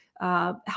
help